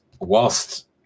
whilst